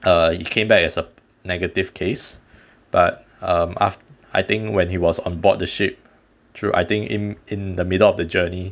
uh he came back as a negative case but um aft~ I think when he was on board the ship through I think in in the middle of the journey